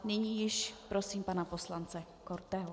Nyní již prosím pana poslance Korteho.